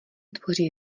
tvoří